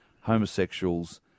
homosexuals